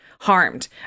harmed